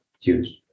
use